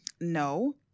No